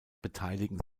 beteiligen